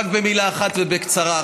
רק במילה אחת ובקצרה,